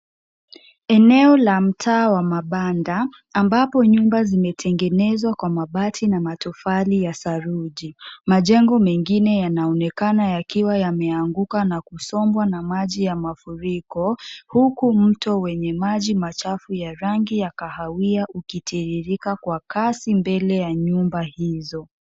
Eneo la mtaa wa mabanda ambapo nyumba zimetengenezwa kwa mabati na matofali ya saruji. Majengo mengine yanaonekana yakiwa yameanguka na kusombwa na maji ya mafuriko huku mto wenye maji machafu ya rangi ya kahawia ukitiririka kwa kasi mbele ya nyumba hizo.